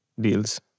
deals